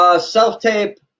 Self-tape